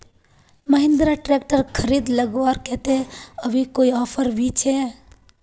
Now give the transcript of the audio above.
Mahindra tractor खरीद लगवार केते अभी कोई ऑफर भी छे?